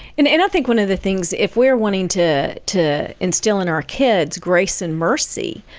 and and i think one of the things, if we're wanting to to instill in our kids grace and mercy,